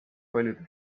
paljude